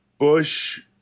Bush